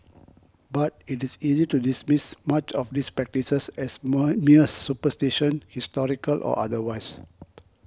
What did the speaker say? but it is easy to dismiss much of these practices as more mere superstition historical or otherwise